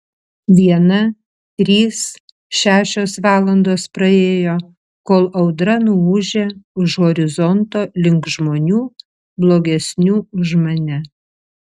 viena trys šešios valandos praėjo kol audra nuūžė už horizonto link žmonių blogesnių už mane